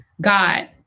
God